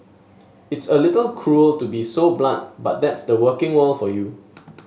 it's a little cruel to be so blunt but that's the working world for you